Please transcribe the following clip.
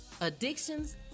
addictions